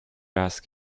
ask